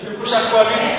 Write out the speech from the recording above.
זה שלושה ושניים.